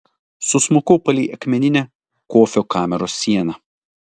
susmukau palei akmeninę kofio kameros sieną